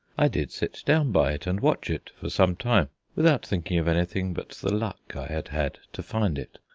i did sit down by it and watch it for some time without thinking of anything but the luck i had had to find it.